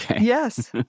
Yes